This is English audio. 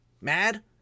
mad